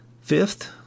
Fifth